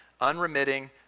unremitting